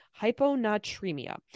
hyponatremia